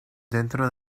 dentro